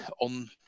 on